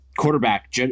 Quarterback